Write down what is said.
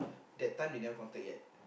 that time they never contact yet